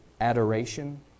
adoration